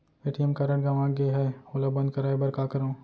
ATM card गंवा गे है ओला बंद कराये बर का करंव?